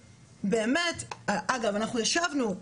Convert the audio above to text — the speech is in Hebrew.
אגב אנחנו ישבנו,